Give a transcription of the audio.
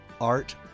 art